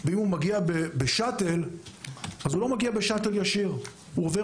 ואם הוא מגיע בשאטל אז הוא לא מגיע בשאטל ישיר אלא הוא עובר